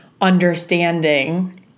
understanding